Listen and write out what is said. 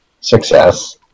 Success